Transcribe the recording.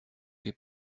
quai